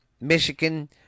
Michigan